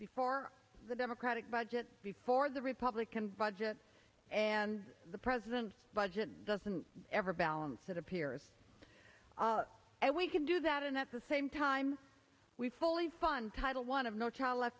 before the democratic budget before the republican budget and the president's budget doesn't ever balance it appears we can do that and at the same time we fully fund title one of no child left